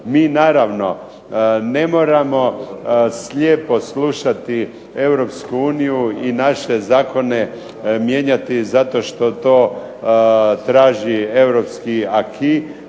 Mi naravno ne moramo slijepo slušati Europsku uniju i naše zakone mijenjati zato što to traži europski